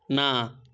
না